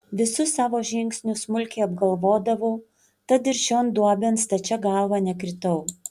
visus savo žingsnius smulkiai apgalvodavau tad ir šion duobėn stačia galva nekritau